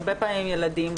הרבה פעמים עם ילדים,